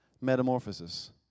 metamorphosis